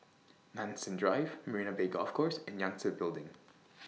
Nanson Drive Marina Bay Golf Course and Yangtze Building